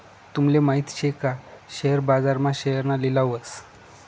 तूमले माहित शे का शेअर बाजार मा शेअरना लिलाव व्हस